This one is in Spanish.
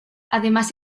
además